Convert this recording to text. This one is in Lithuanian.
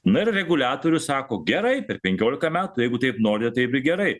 na ir reguliatorius sako gerai per penkiolika metų jeigu taip nori taip ir gerai